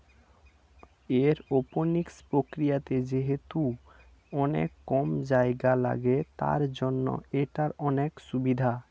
aeroponics প্রক্রিয়াতে যেহেতু অনেক কম জায়গা লাগে, তার জন্য এটার অনেক সুভিধা